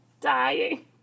dying